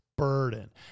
Burden